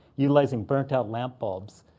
utilizing burnt-out lamp bulbs.